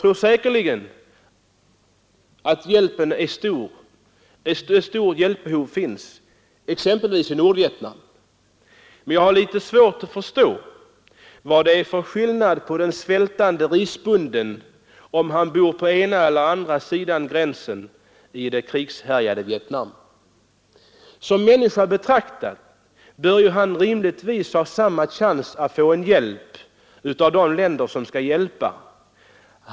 Hjälpbehovet är säkerligen stort i Nordvietnam, men jag har litet svårt att förstå vad det är för skillnad mellan svältande risbönder, om de bor på ena eller andra sidan gränsen i det krigshärjade Vietnam. Som människa bör han rimligtvis, oberoende av i vilken del av landet han bor, få samma chans till hjälp av de länder som skall hjälpa.